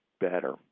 better